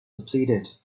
depleted